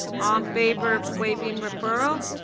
um favor of waving referral.